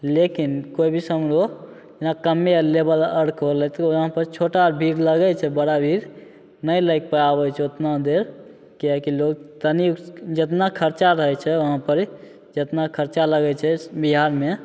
लेकिन कोइ भी समारोह जेना कमे लेवल आओरके होलै तऽ वहाँपर छोटा भीड़ लागै छै बड़ा भीड़ नहि लागि पाबै छै ओतना देर किएकि लोक तनिक जतना खरचा रहै छै वहाँपर जतना खरचा लागै छै बिहारमे